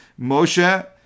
Moshe